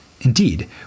Indeed